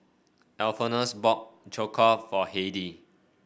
Alphonsus bought Jokbal for Heidy